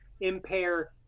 impair